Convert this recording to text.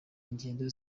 ingendo